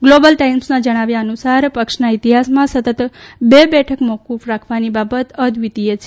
global ટાઇમ્સમાં જણાવ્યા અનુસાર પક્ષના ઇતિહાસમાં સતત બે બેઠક મોકૂફ રાખવાની બાબત અદ્વિતીય છે